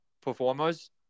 performers